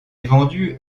vendues